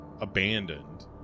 abandoned